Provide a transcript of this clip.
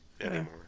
anymore